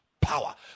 power